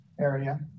area